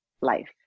life